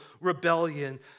rebellion